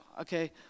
okay